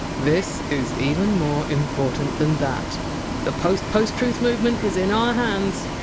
this is even more important than that the post-post-truth movement is in our hands